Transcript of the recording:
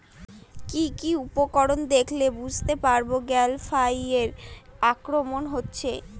কি কি উপসর্গ দেখলে বুঝতে পারব গ্যাল ফ্লাইয়ের আক্রমণ হয়েছে?